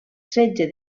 setge